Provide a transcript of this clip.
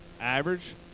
Average